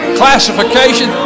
classification